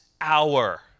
hour